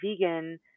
vegan